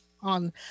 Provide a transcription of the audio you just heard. on